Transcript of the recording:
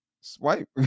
swipe